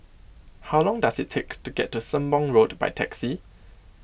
how long does it take to get to Sembong Road by taxi